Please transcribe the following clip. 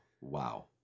Wow